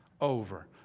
Over